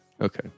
Okay